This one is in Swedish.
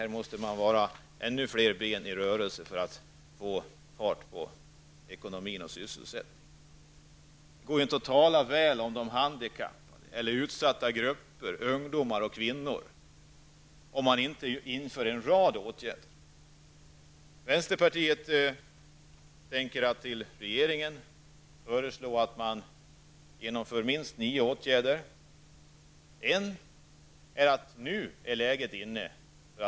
Här måste ännu flera ben vara i rörelse för att man skall få fart på ekonomin och sysselsättningen. Det går inte att tala väl om handikappade, utsatta grupper, ungdomar och kvinnor om man inte inför en rad åtgärder. Vänsterpartiet tänker föreslå regeringen att man skall genomföra minst nio åtgärder. Nu är det läge att förkorta arbetstiden.